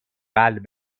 قلب